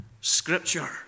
Scripture